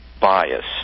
bias